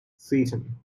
satan